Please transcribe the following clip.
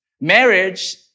Marriage